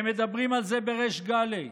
הם מדברים על זה בריש גלי.